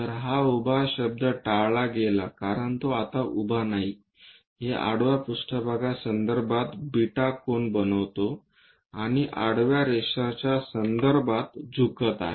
तर हा उभा शब्द टाळला गेला कारण तो आता उभा नाही हे आडवा पृष्ठभाग यासंदर्भात बीटा कोन बनवितो आणि आडवा रेषेच्या संदर्भात झुकत आहे